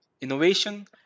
innovation